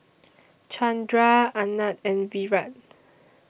Chandra Anand and Virat